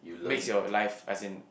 makes your life as in